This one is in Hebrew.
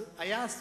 אז היה,